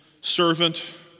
servant